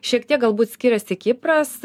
šiek tiek galbūt skiriasi kipras